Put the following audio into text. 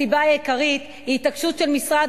הסיבה העיקרית היא התעקשות של משרד